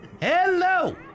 Hello